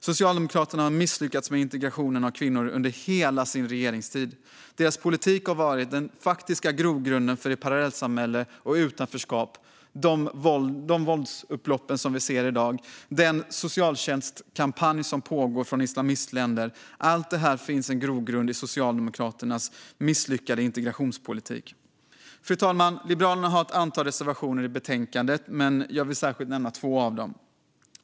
Socialdemokraterna har misslyckats med integrationen av kvinnor under hela sin regeringstid. Deras politik har varit den faktiska grogrunden för det parallellsamhälle, det utanförskap och de våldsamma upplopp som vi ser i dag och för den socialtjänstkampanj som pågår från islamistländer. För allt det här finns en grogrund i Socialdemokraternas misslyckade integrationspolitik. Fru talman! Liberalerna har ett antal reservationer i betänkandet. Jag vill särskilt nämna två av dem.